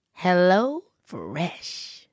HelloFresh